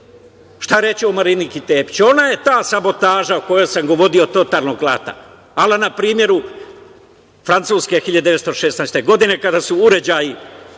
Šta reći o Mariniki Tepić? Ona je ta sabotaža o kojoj sam govorio totalnog rata. Na primeru Francuske 1916. godine kada su uređaji